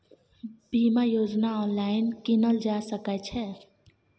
बीमा योजना ऑनलाइन कीनल जा सकै छै?